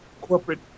corporate